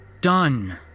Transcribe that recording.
done